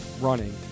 running